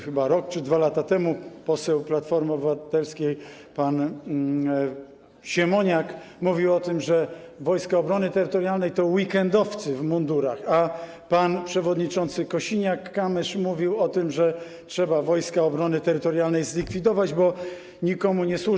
Chyba rok czy 2 lata temu poseł Platformy Obywatelskiej pan Siemoniak mówił o tym, że Wojska Obrony Terytorialnej to weekendowcy w mundurach, a pan przewodniczący Kosiniak-Kamysz mówił o tym, że trzeba Wojska Obrony Terytorialnej zlikwidować, bo nikomu nie służą.